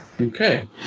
Okay